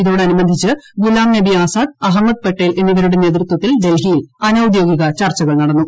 ഇതോടനുബന്ധിച്ച് ഗുലാംഗ്ലൂബി ആസാദ് അഹമ്മദ് പട്ടേൽ എന്നിവരുടെ നേതൃത്വത്തിൽ ഡൽഹിയിൽ അനൌദ്യോഗിക ചർച്ചകൾ നടന്നു